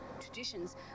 traditions